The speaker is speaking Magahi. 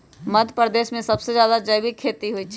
मध्यप्रदेश में सबसे जादा जैविक खेती होई छई